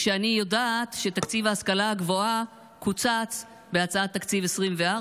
אני יודעת שתקציב ההשכלה הגבוהה קוצץ בהצעת תקציב 2024,